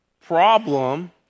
problem